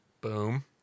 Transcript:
Boom